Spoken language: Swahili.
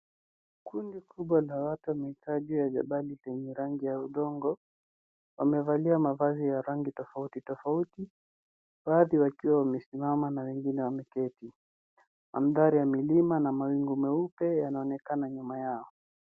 Kundi kubwa la watu wamekaa juu ya jabali yenye rangi ya udongo wamevalia mavazi ya rangi tofauti tofauti baadhi wakiwa wamesimama na wengine wameketi mandhari ya milima na mawingu meupe yanaonekana nyuma yao.